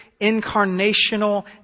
incarnational